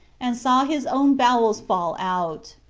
and saw his own bowels fall out.